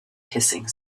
hissing